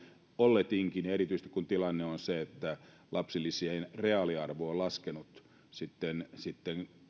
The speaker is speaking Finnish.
olletikin ja erityisesti kun tilanne on se että lapsilisien reaaliarvo on laskenut sitten sitten